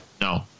No